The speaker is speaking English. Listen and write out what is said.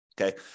Okay